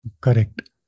Correct